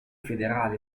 federali